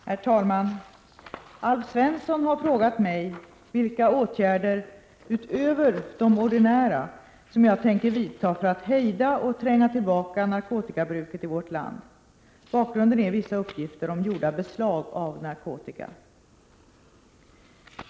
Herr talman! Alf Svensson har frågat mig vilka åtgärder, utöver de ordinära, som jag tänker vidta för att hejda och tränga tillbaka narkotikabruketi vårt land. Bakgrunden är vissa uppgifter om gjorda beslag av narkotika.